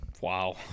Wow